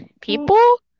People